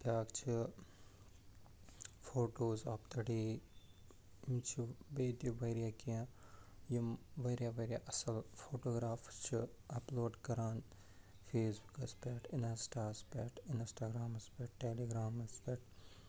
بیاکھ چھِ photos of the day یِم چھِ بیٚیہِ تہِ واریاہ کیٚنہہ یِم واریاہ واریاہ اَصٕل فوٹوٗگرافٕز چھِ اَپلوڈ کران فیس بُکَس پٮ۪ٹھ اِنَس ٹاہَس پٮ۪ٹھ اِنٛنَسٹاگرامَس پٮ۪ٹھ ٹیلی گرامَس پٮ۪ٹھ